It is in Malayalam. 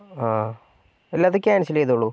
ആ അല്ല അത് ക്യാൻസൽ ചെയ്തോളു